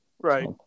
Right